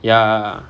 ya